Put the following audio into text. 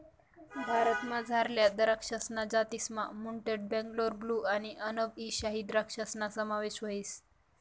भारतमझारल्या दराक्षसना जातीसमा म्युटंट बेंगलोर ब्लू आणि अनब ई शाही द्रक्षासना समावेश व्हस